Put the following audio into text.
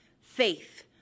faith